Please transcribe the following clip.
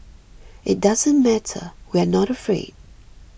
it doesn't matter we are not afraid